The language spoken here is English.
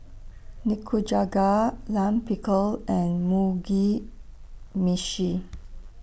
Nikujaga Lime Pickle and Mugi Meshi